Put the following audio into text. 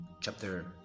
chapter